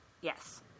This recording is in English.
yes